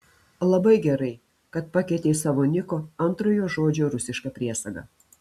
labai gerai kad pakeitei savo niko antrojo žodžio rusišką priesagą